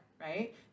Right